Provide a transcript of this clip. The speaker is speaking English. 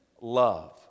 love